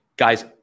Guys